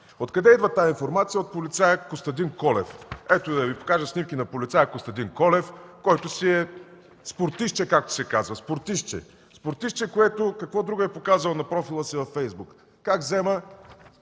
Откъде идва тази информация? От полицая Костадин Колев. Ето, да Ви покажа снимки на полицая Костадин Колев, който си е – спортистче, както се казва. Спортистче! Спортистче, което какво друго е показал на профила си във фейсбук? (Показва